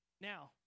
Now